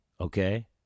okay